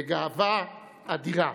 בגאווה אדירה.